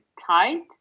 tight